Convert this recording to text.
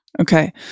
Okay